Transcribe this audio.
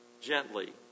Gently